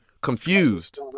confused